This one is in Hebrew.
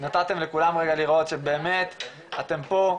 נתתם לכולנו לראות שבאמת אתם פה,